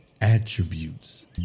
attributes